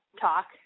talk